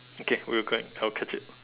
okay we are going I will catch it